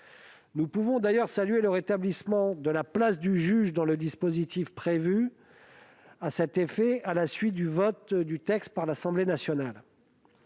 Nous pouvons d'ailleurs saluer le rétablissement de la place du juge dans le dispositif prévu à cet effet, à la suite du vote du texte par l'Assemblée nationale.